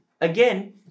Again